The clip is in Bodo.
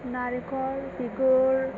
नारेंखल बिगुर